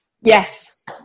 Yes